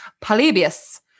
Polybius